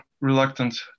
reluctant